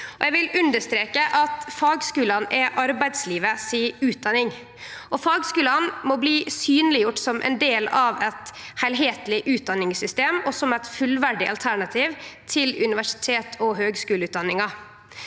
Eg vil understreke at fagskulane er arbeidslivet si utdanning. Fagskulane må bli synleggjorde som ein del av eit heilskapleg utdanningssystem og som eit fullverdig alternativ til universitets- og høgskuleutdanninga.